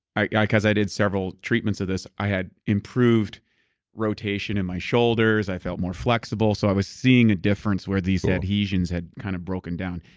yeah because i did several treatments of this, i had improved rotation in my shoulders. i felt more flexible. so i was seeing a difference where these adhesions had kind of broken down.